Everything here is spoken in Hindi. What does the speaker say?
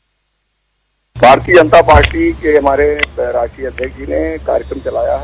बाइट भारतीय जनता पार्टी ने हमारे राष्ट्रीय अध्यक्ष जी ने कार्यक्रम चलाया है